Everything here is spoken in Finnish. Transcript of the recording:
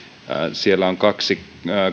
siellä on kaksi